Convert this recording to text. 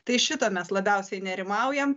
tai šito mes labiausiai nerimaujam